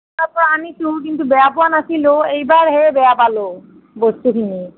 পৰা আনিছোঁ কিন্তু বেয়া পোৱা নাছিলোঁ এইবাৰ হে বেয়া পালোঁ বস্তুখিনি